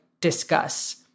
discuss